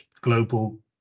global